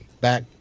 back